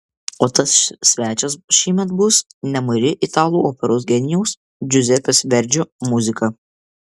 o tas svečias šįmet bus nemari italų operos genijaus džiuzepės verdžio muzika